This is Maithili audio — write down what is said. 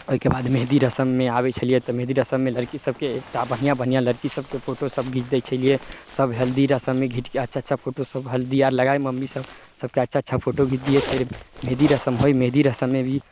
ओइके बादमे मेहदी रस्ममे आबय छलियै तऽ मेहदी रस्ममे लड़की सभके एकटा बढ़िआँ बढ़िआँ लड़की सभके फोटो सभ घीच दै छलियै सभ हल्दी रस्ममे घीचके अच्छा अच्छा फोटो सभ हल्दी आर लगा मम्मी सभ सभके अच्छा अच्छा फोटो घीच दियै फेर मेहदी रस्म होइ मेहदी रस्ममे भी